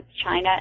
China